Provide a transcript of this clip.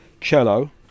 cello